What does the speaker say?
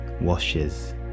washes